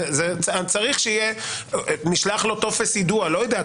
נשלח לו טופס יידוע, לא יודע.